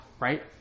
right